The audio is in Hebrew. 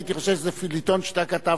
הייתי חושב שזה פיליטון שאתה כתבת.